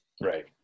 Right